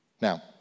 Now